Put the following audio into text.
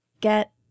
get